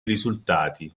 risultati